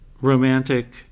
Romantic